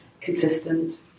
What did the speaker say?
consistent